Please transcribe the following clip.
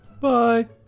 bye